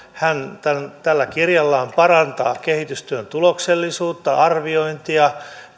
hän tällä tällä kirjallaan parantaa kehitystyön tuloksellisuutta ja arviointia